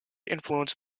influenced